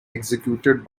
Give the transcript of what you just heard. executed